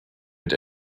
mit